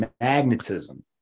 magnetism